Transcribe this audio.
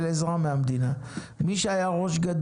לפי הסעיף הזה.